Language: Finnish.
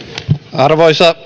arvoisa